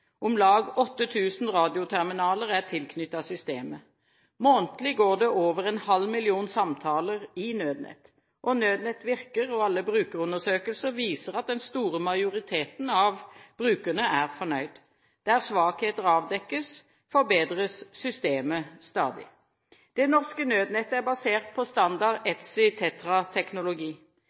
Om lag 8 000 radioterminaler er tilknyttet systemet. Månedlig går det over en halv million samtaler i Nødnett. Nødnett virker, og alle brukerundersøkelser viser at den store majoriteten av brukerne er fornøyd. Der svakheter avdekkes, forbedres systemet stadig. Det norske nødnettet er basert på standard ETSI